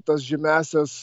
tas žymiąsias